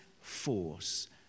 force